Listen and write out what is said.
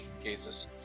cases